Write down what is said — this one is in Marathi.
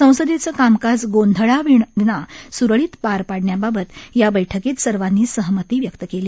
संसदेचं कामकाज गोंधळाविना स्रळीत पार पाडण्याबाबत या बैठकीत सर्वांनी सहमती व्यक्त केली